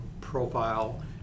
profile